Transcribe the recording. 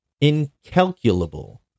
Incalculable